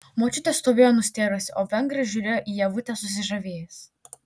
močiutė stovėjo nustėrusi o vengras žiūrėjo į ievutę susižavėjęs